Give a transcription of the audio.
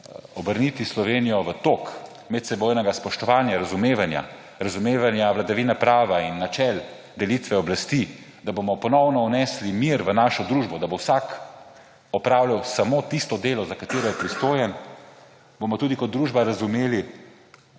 obrniti Slovenijo v tok medsebojnega spoštovanja, razumevanja, razumevanja vladavine prava in načel delitve oblasti, bomo ponovno vnesli mir v našo družbo, da bo vsak opravljal samo tisto delo, za katero je pristojen, in bomo tudi kot družba razumeli